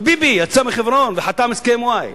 וביבי יצא מחברון וחתם על הסכם-וואי.